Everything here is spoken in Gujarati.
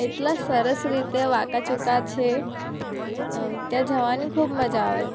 એટલા સરસ રીતે વાંકાચૂકા છે ત્યાં જવાની ખૂબ મજા આવે